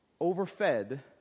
overfed